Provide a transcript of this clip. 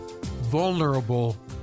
vulnerable